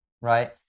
right